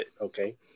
okay